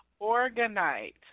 organite